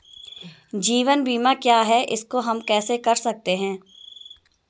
जीवन बीमा क्या है इसको हम कैसे कर सकते हैं?